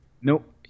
Nope